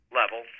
level